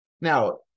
Now